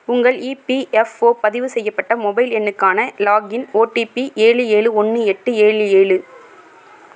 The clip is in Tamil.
உங்கள் இபிஎஃப்ஓ பதிவு செய்யப்பட்ட மொபைல் எண்ணுக்கான லாக்இன் ஓடிபி ஏழு ஏழு ஒன்று எட்டு ஏழு ஏழு